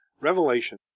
revelation